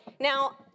now